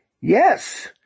Yes